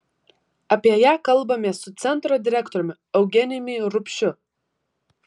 apie ją kalbamės su centro direktoriumi eugenijumi rupšiu